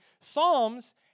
Psalms